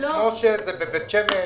משה שטרית בית שמש.